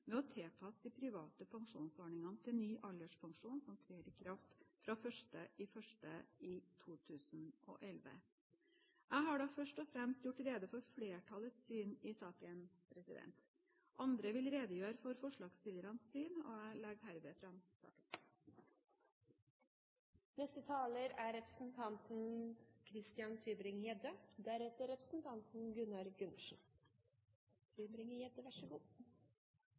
med å tilpasse de private pensjonsordningene til ny alderspensjon, som trer i kraft fra 1. januar 2011. Jeg har først og fremst gjort rede for flertallets syn i saken. Andre vil redegjøre for forslagsstillernes syn. Jeg anbefaler herved innstillingen. Svært få land har like stor offentlig sparing som Norge. Statens pensjonsfond er